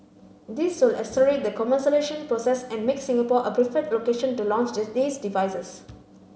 this will accelerate the commercialisation process and make Singapore a preferred location to launch these devices